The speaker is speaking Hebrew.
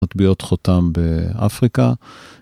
מטביעות חותם באפריקה.